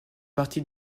partie